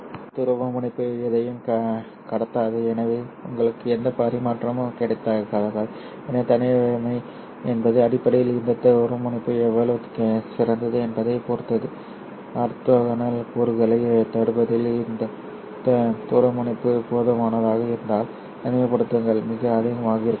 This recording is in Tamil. எனவே இந்த துருவமுனைப்பு எதையும் கடத்தாது எனவே உங்களுக்கு எந்த பரிமாற்றமும் கிடைக்காது எனவே தனிமை என்பது அடிப்படையில் இந்த துருவமுனைப்பு எவ்வளவு சிறந்தது என்பதைப் பொறுத்தது ஆர்த்தோகனல் கூறுகளைத் தடுப்பதில் இந்த துருவமுனைப்பு போதுமானதாக இருந்தால் தனிமைப்படுத்தல் மிக அதிகமாக இருக்கும்